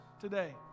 today